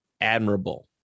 admirable